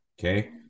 Okay